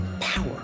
power